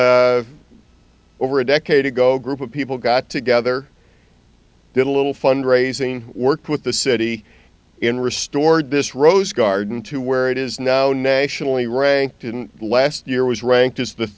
over a decade ago group of people got together did a little fund raising worked with the city in restored this rose garden to where it is now nationally ranked didn't last year was ranked as the